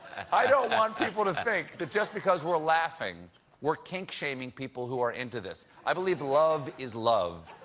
i don't want people to think that just because we're laughing we're kink-shaming people who are into this. i believe love is love.